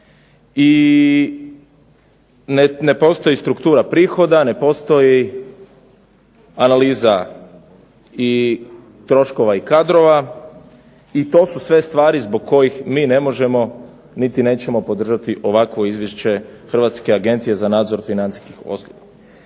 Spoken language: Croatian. i ne postoji struktura prihoda, ne postoji analiza troškova i kadrova i to su sve stvari zbog kojih mi nećemo i ne možemo podržati ovakvo Izvješće Hrvatske agencije za nadzor financijskih poslova.